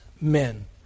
men